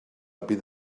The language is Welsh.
bydd